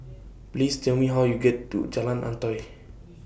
Please Tell Me How YOU get to Jalan Antoi